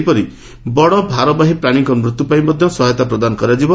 ସେହିପରି ବଡ ଭାରବାହୀ ପ୍ରାଶୀଙ୍କ ମୃତ୍ୟ ପାଇଁ ମଧ୍ଧ ସହାୟତା ପ୍ରଦାନ କରାଯିବ